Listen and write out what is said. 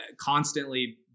constantly